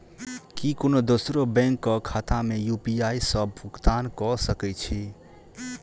की कोनो दोसरो बैंक कऽ खाता मे यु.पी.आई सऽ भुगतान कऽ सकय छी?